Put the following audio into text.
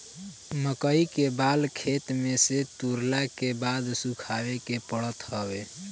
मकई के बाल खेते में से तुरला के बाद सुखावे के पड़त हवे